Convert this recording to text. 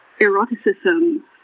eroticism